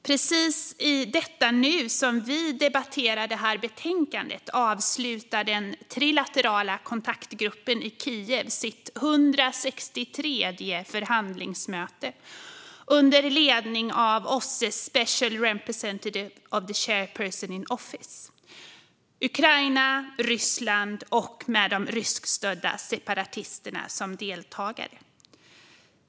Precis i detta nu när vi debatterar detta betänkande avslutar den trilaterala kontaktgruppen i Kiev sitt 163:e förhandlingsmöte under ledning av OSSE:s special representative of the chairperson in office med Ukraina, Ryssland och de ryskstödda separatisterna som deltagare.